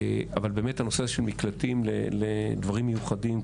אבל באמת הנושא הזה של מקלטים לדברים מיוחדים,